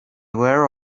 were